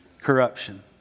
corruption